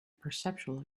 perceptual